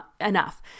enough